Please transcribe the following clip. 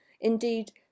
Indeed